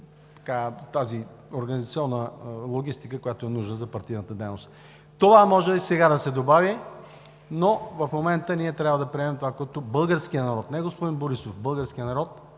тази организационна логистика, която е нужна за партийната дейност. Това може и сега да се добави, но в момента ние трябва да приемем това, което българският народ, не господин Борисов, българският народ